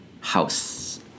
house